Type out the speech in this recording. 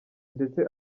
ndetse